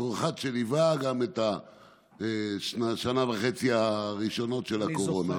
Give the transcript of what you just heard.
בתור אחד שליווה גם את השנה וחצי הראשונות של הקורונה.